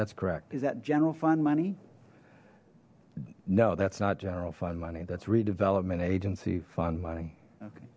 that's correct is that general fund money no that's not general fund money that's redevelopment agency fund money okay